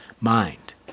Mind